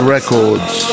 Records